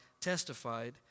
testified